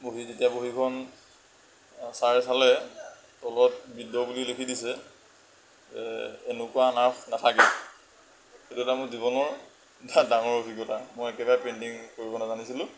বহী যেতিয়া বহীখন ছাৰে চালে তলত বিঃ দ্ৰঃ বুলি লিখি দিছে এনেকুৱা আনাৰস নাথাকে এইটো এটা মোৰ জীৱনৰ এটা ডাঙৰ অভিজ্ঞতা মই একেবাৰেই পেইণ্টিং কৰিব নাজানিছিলোঁ